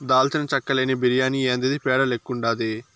దాల్చిన చెక్క లేని బిర్యాని యాందిది పేడ లెక్కుండాది